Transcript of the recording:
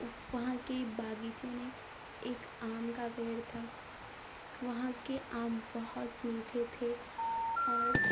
وہاں کے باغیچے میں ایک آم کا پیڑ تھا وہاں کے آم بہت میٹھے تھے اور